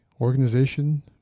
organization